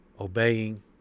obeying